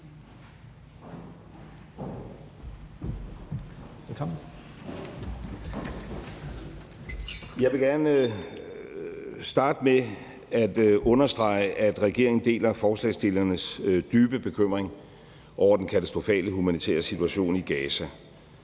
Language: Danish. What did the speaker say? Jeg vil gerne starte med at understrege, at regeringen deler forslagsstillernes dybe bekymring over den katastrofale humanitære situation i Gaza.